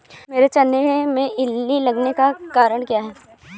मेरे चने में इल्ली लगने का कारण क्या है?